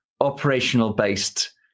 operational-based